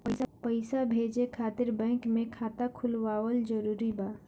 पईसा भेजे खातिर बैंक मे खाता खुलवाअल जरूरी बा?